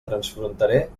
transfronterer